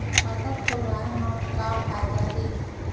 खाता खोलवाए मा का फायदा हे